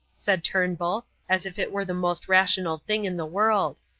said turnbull, as if it were the most rational thing in the world.